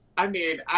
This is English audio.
i mean,